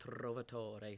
Trovatore